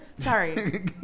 Sorry